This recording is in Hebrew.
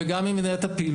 וגם אם את הפעילויות.